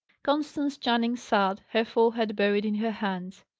constance channing sat, her forehead buried in her hands.